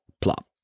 plop